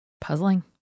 Puzzling